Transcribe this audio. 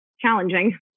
challenging